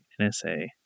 NSA